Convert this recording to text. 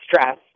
Stress